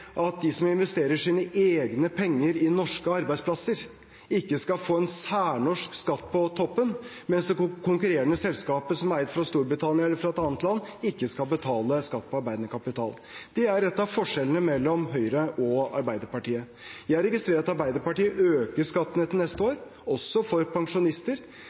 at de som investerer sine egne penger i norske arbeidsplasser, ikke skal få en særnorsk skatt på toppen mens konkurrerende selskaper fra Storbritannia eller andre land ikke skal betale skatt på arbeidende kapital. Det er en av forskjellene mellom Høyre og Arbeiderpartiet. Jeg registrerer at Arbeiderpartiet øker skattene til neste år, også for pensjonister.